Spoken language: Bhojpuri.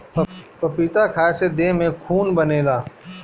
पपीता खाए से देह में खून बनेला